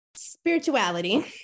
spirituality